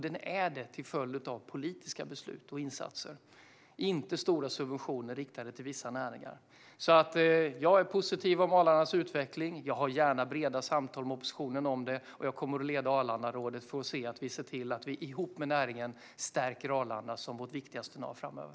Det är den till följd av politiska beslut och insatser, inte stora subventioner riktade till vissa näringar. Jag är positiv när det gäller Arlandas utveckling. Jag för gärna breda samtal med oppositionen om detta. Och jag kommer att leda Arlandarådet för att se till att vi ihop med näringen stärker Arlanda som vårt viktigaste nav framöver.